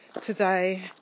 today